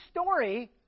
story